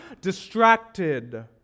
distracted